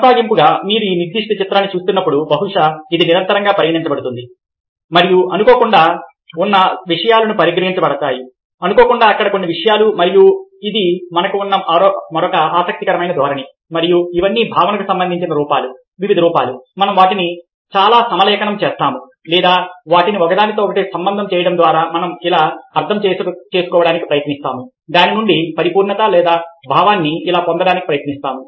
కొనసాగింపుగా మీరు ఈ నిర్దిష్ట చిత్రాన్ని చూస్తున్నప్పుడు బహుశా ఇది నిరంతరంగా పరిగణించబడుతుంది మరియు అనుకోకుండా ఉన్న విషయాలుగా పరిగణించబడతాయి అనుకోకుండా అక్కడ ఉన్న విషయాలు మరియు ఇది మనకు ఉన్న మరొక ఆసక్తికరమైన ధోరణి మరియు ఇవన్నీ భావనకు సంబంధ రూపాలు వివిధ రూపాలు మనం వాటిని ఇలా సమలేఖనం చేస్తాము లేదా వాటిని ఒకదానితో ఒకటి సంబంధము చేయడం ద్వారా మనం ఇలా అర్థం చేసుకోవడానికి ప్రయత్నిస్తాము దాని నుండి పరిపూర్ణత యొక్క భావాన్ని ఇలా పొందడానికి ప్రయత్నిస్తాము